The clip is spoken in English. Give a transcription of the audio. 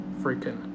freaking